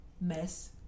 mess